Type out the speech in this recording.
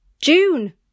june